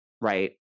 Right